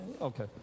Okay